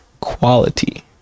quality